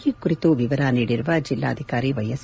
ಈ ಕುರಿತು ವಿವರ ನೀಡಿದ ಜಿಲ್ಲಾಧಿಕಾರಿ ವೈಎಸ್